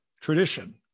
tradition